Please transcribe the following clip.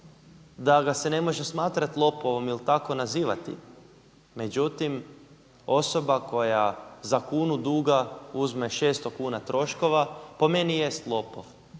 da ga se ne može smatrati lopovom ili tako nazivati. Međutim, osoba koja za kunu duga uzme 600 kuna troškova po meni jest lopov